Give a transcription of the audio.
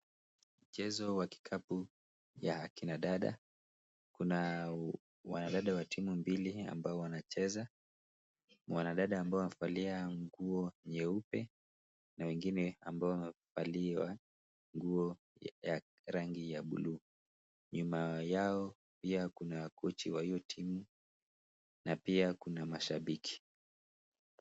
Mchezo wa kikapu ya kina dada. Kuna wanadada wa timu mbili ambao wanacheza. Wanadada ambao wamevalia nguo nyeupe na wengine ambao wamevalia nguo ya rangi ya buluu. Nyuma yao pia kuna kochi wa hiyo timu na pia, kuna mashabiki.